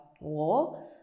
war